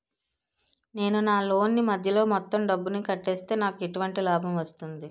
నేను నా లోన్ నీ మధ్యలో మొత్తం డబ్బును కట్టేస్తే నాకు ఎటువంటి లాభం వస్తుంది?